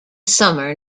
summer